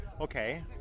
Okay